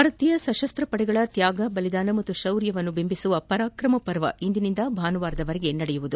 ಭಾರತೀಯ ಸಶಸ್ತ ಪಡೆಗಳ ತ್ನಾಗ ಬಲಿದಾನ ಹಾಗೂ ಶೌರ್ಯವನ್ನು ಬಿಂಬಿಸುವ ಪರಾಕ್ರಮ ಪರ್ವ ಇಂದಿನಿಂದ ಭಾನುವಾರದವರೆಗೆ ನಡೆಯಲಿದೆ